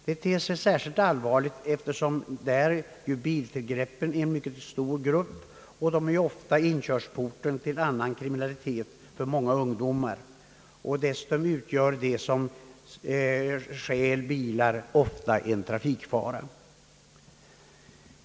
Detta ter sig särskilt allvarligt eftersom biltillgreppen är en mycket stor grupp, och de är ju ofta inkörsporten till annan kriminalitet för många ungdomar. Dessutom utgör den som stjäl bilar ofta en trafikfara.